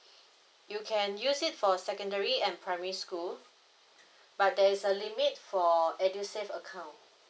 you can use it for secondary and primary school but there is a limit for edusave account